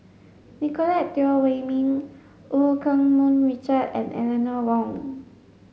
Nicolette Teo Wei min Eu Keng Mun Richard and Eleanor Wong